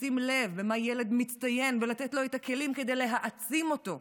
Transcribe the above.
לשים לב במה ילד מצטיין ולתת לו את הכלים כדי להעצים אותו.